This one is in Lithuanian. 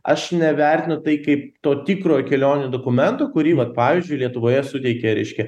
aš nevertinu tai kaip to tikrojo kelionių dokumento kurį vat pavyzdžiui lietuvoje suteikia reiškia